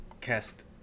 cast